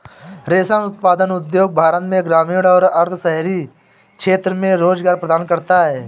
रेशम उत्पादन उद्योग भारत में ग्रामीण और अर्ध शहरी क्षेत्रों में रोजगार प्रदान करता है